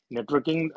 Networking